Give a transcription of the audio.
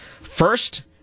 First